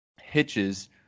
hitches